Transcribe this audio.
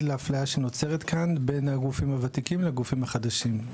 לאפליה שנוצרת כאן בין הגופים הוותיקים לגופים החדשים.